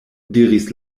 diris